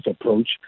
approach